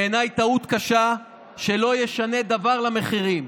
בעיניי, זו טעות קשה שלא תשנה דבר למחירים.